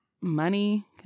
money